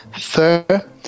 fur